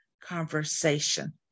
conversation